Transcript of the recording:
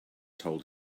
told